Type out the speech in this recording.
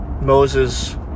Moses